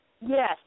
Yes